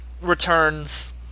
returns